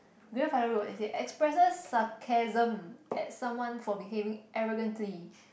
grandfather road it say expresses sarcasm at someone for behaving arrogantly